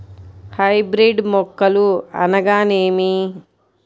Hybrid మొక్కలు అనగానేమి?